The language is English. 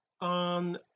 on